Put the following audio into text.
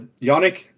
Yannick